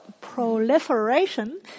Proliferation